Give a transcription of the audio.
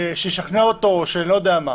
הוא ישכנע אותו או לא-יודע-מה.